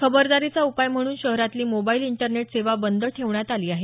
खबरदारीचा उपाय म्हणून शहरातली मोबाईल इंटरनेट सेवा बंद ठेवण्यात आली आहे